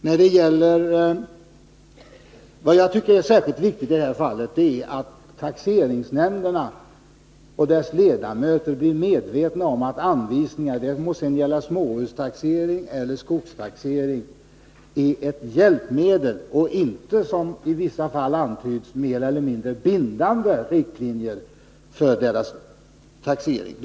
I det här fallet tycker jag att det är särskilt viktigt att taxeringsnämnderna och deras ledamöter blir medvetna om att anvisningar, det må sedan gälla småhustaxering eller skogstaxering, är ett hjälpmedel och inte, som i vissa fall antyds, mer eller mindre bindande riktlinjer för taxeringen.